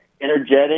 energetic